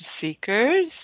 seekers